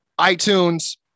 itunes